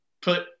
put